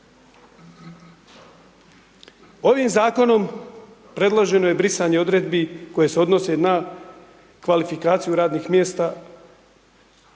Ovim zakonom predloženo je brisanje odredbi, koje se odnose na kvalifikaciju radnih mjesta,